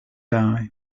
die